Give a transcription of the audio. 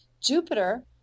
Jupiter